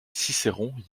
cicéron